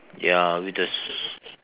ya we just